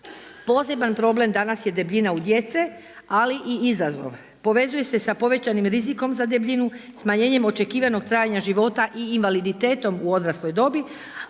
Poseban problem danas je debljina u djece ali i izazov, povezuje se sa povećanim rizikom za debljinom, smanjenjem očekivanog trajanja života, i invaliditetom u odrasloj dobi,